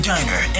Diner